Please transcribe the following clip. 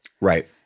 Right